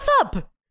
up